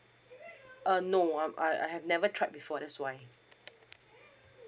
uh no um uh I've never tried before that's why